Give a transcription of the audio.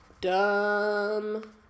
dumb